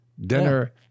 dinner